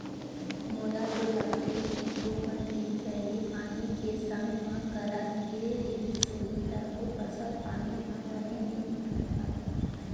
मोला तो लागथे कि थोकन दिन पहिली पानी के संग मा करा गिरे रहिस होही तभे फसल पानी ह बने नइ दिखत हवय